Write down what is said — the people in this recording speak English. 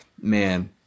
Man